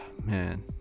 man